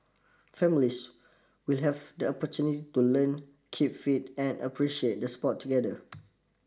families will have the opportunity to learn keep fit and appreciate the sport together